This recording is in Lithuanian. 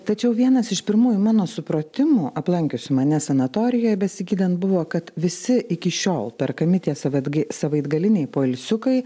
tačiau vienas iš pirmųjų mano supratimu aplankiusių mane sanatorijoje besigydant buvo kad visi iki šiol perkami tie savaitg savaitgaliniai poilsiukai